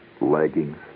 leggings